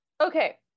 Okay